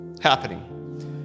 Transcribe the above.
happening